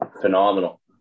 phenomenal